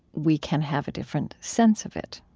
we can have a different sense of it.